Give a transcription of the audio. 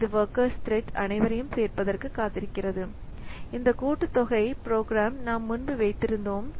இது workers thread அனைவரையும் சேர்ப்பதற்கு காத்திருக்கிறது இந்த கூட்டுத்தொகை ப்ரோக்ராம் நாம் முன்பு வைத்திருந்தோம்